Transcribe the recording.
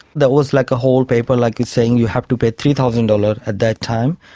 that was like a whole paper, like and saying you have to pay three thousand dollars at that time,